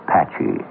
Patchy